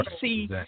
see